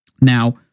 Now